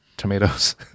Tomatoes